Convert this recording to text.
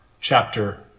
chapter